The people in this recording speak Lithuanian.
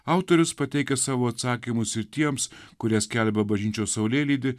autorius pateikia savo atsakymus ir tiems kurie skelbia bažnyčios saulėlydį